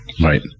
Right